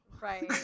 Right